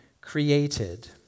created